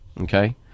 okay